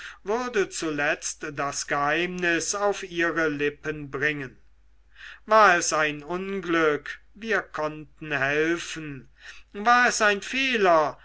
würde zuletzt das geheimnis auf ihre lippen bringen war es ein unglück wir konnten helfen war es ein fehler